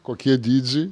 kokie dydžiai